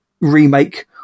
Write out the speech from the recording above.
remake